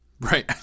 Right